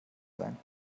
sein